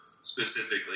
specifically